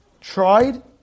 Tried